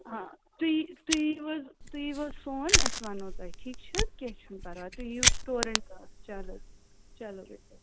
ہاں تُہۍ یِیِو تُہۍ یِیِو حَظ تُہۍ یِیِو حظ سون أسۍ ونہو تۄہہِ ٹھیٖک چھِ حَظ کیٚنٛہہ چھُ نہٕ پرواے تُہۍ ییو ریسٹورنٛٹ آ چلو چلو